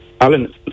Alan